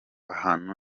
hantu